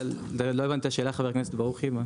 לא הבנתי את השאלה, חבר הכנסת ברוכי.